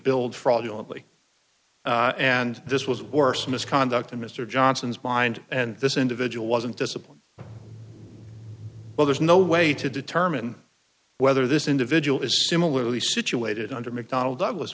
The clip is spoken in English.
billed fraudulently and this was worse misconduct in mr johnson's mind and this individual wasn't disciplined well there's no way to determine whether this individual is similarly situated under mcdonnell douglas